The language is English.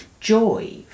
joy